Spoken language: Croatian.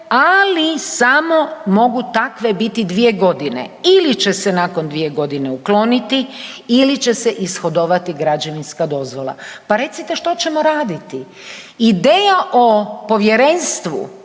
ali samo mogu takve biti 2 godine ili će se nakon 2 godine ukloniti ili će se ishodovati građevinska dozvola. Pa recite što ćemo raditi? Ideja o povjerenstvu